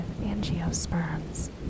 angiosperms